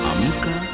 Amuka